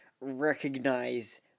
recognize